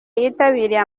yitabiriye